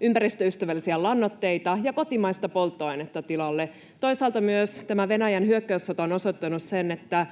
ympäristöystävällisiä lannoitteita ja kotimaista polttoainetta tilalle. Toisaalta myös tämä Venäjän hyökkäyssota on osoittanut sen, että